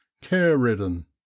care-ridden